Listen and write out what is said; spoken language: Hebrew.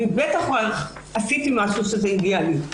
בטח עשיתי משהו שזה הגיע לי".